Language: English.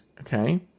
okay